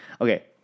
Okay